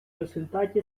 результаті